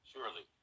Surely